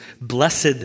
blessed